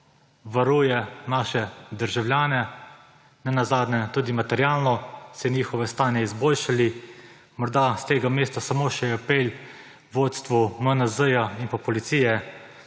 varuje naše državljane. Nenazadnje tudi materialno se je njihove stanje izboljšalo. Morda s tega mesta samo še apel vodstvu MNZ in policije,